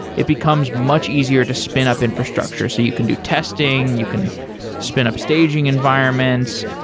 it becomes much easier to spin up infrastructure. so you can do testing, you can spin up staging environments.